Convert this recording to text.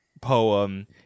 poem